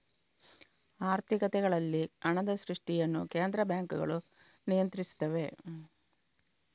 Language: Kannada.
ಆರ್ಥಿಕತೆಗಳಲ್ಲಿ ಹಣದ ಸೃಷ್ಟಿಯನ್ನು ಕೇಂದ್ರ ಬ್ಯಾಂಕುಗಳು ನಿಯಂತ್ರಿಸುತ್ತವೆ